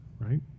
Right